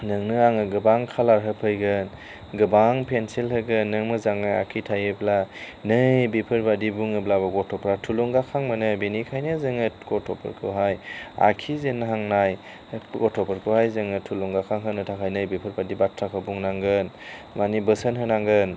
नोंनो आङो गोबां खालार होफैगोन गोबां पेन्सिल होगोन नों मोजाङै आखि थायोब्ला नै बेफोरबायदि बुङोब्लाबो गथ'फ्रा थुलुंगाखां मोनो बिनिखायनो जोङो गथ'फोरखौहाय आखिजेनहांनाय गथ'फोरखौहाय जोङो थुलुंगाखां होनो थाखाय नैबेफोरबायदि बाथ्राखौ बुंनांगोन माने बोसोन होनांगोन